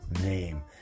name